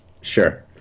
Sure